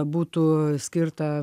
būtų skirta